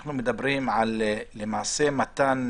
שאנחנו מדברים למעשה על מתן